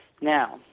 Now